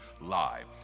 live